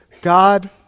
God